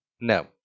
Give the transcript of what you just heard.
No